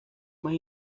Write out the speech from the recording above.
más